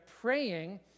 praying